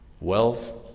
Wealth